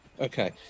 Okay